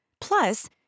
Plus